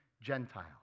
Gentile